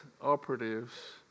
operatives